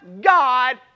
God